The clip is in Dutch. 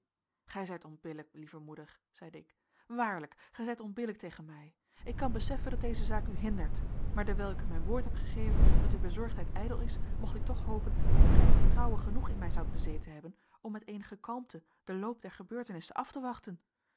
gij zijt onbillijk lieve moeder zeide ik waarlijk gij zijt onbillijk tegen mij ik kan beseffen dat deze zaak u hindert maar dewijl ik u mijn woord heb gegeven dat uw bezorgdheid ijdel is mocht ik toch hopen dat gij nog vertrouwen genoeg in mij zoudt bezeten hebben om met eenige kalmte den loop der gebeurtenissen af te wachten